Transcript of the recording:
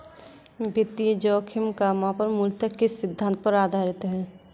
वित्तीय जोखिम का मापन मूलतः किस सिद्धांत पर आधारित है?